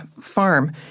farm